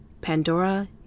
Pandora